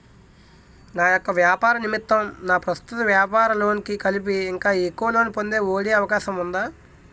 నా యెక్క వ్యాపార నిమిత్తం నా ప్రస్తుత వ్యాపార లోన్ కి కలిపి ఇంకా ఎక్కువ లోన్ పొందే ఒ.డి అవకాశం ఉందా?